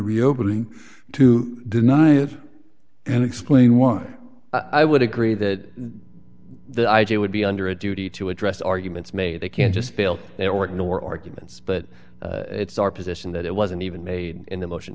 reopen to deny it and explain why i would agree that the idea would be under a duty to address arguments made they can't just bail their work nor arguments but it's our position that it wasn't even made in a motion